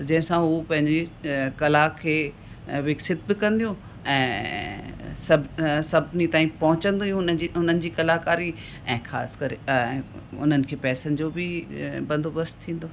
जेंहिं सां हू पंहिंजी कला खे विकसित बि कंदियूं ऐं सभु सभिनी ताईं पहुंचदी हुननि हुननि जी कलाकारी ऐं ख़ासि करे उन्हनि खे पेसनि जो बि बंदोबस्तु थींदो